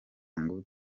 ngo